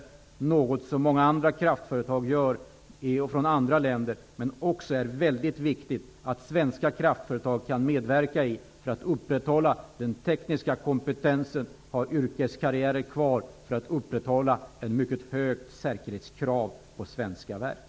Det är något som många kraftföretag från andra länder gör. Det är viktigt att också svenska kraftföretag kan medverka i detta arbete för att man skall kunna upprätthålla den tekniska kompetensen och ha yrkeskarriärer kvar, så att det går att upprätthålla mycket höga säkerhetskrav på svenska verk.